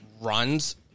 runs